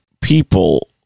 people